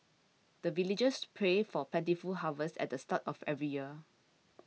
the villagers pray for plentiful harvest at the start of every year